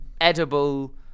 edible